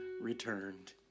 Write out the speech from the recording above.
returned